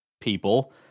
people